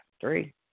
three